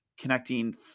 connecting